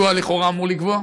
שהוא לכאורה אמור לקבוע,